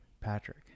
Patrick